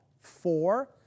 Four